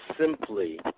simply